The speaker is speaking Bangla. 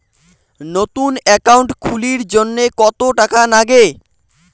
নতুন একাউন্ট খুলির জন্যে কত টাকা নাগে?